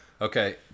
Okay